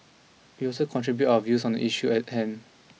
we also contribute our views on the issue at hand